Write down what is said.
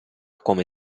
come